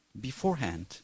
beforehand